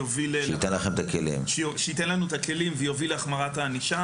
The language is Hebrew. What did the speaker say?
שייתן לנו את הכלים ויוביל להחמרת הענישה.